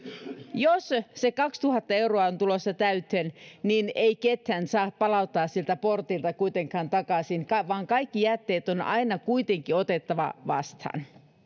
jos se se kaksituhatta euroa on tulossa täyteen niin ei ketään saa palauttaa sieltä portilta kuitenkaan takaisin vaan vaan kaikki jätteet on aina kuitenkin otettava vastaan